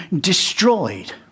destroyed